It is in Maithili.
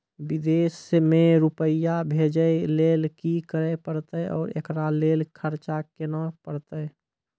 विदेश मे रुपिया भेजैय लेल कि करे परतै और एकरा लेल खर्च केना परतै?